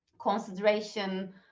consideration